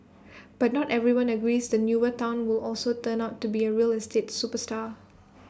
but not everyone agrees the newer Town will also turn out to be A real estate superstar